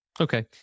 Okay